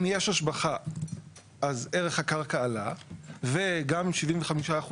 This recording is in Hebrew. אם יש השבחה אז ערך הקרקע עלה וגם 75%